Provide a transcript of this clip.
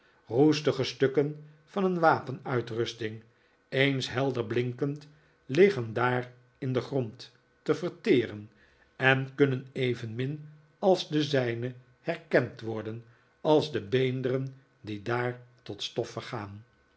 roestige stukken van een wapenrusting eens helder blinkend liggen daar in den grond te verteren en kunnen evenmin als de zijne herkend worden als de beenderen die daar tot stof vergaan